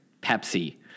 Pepsi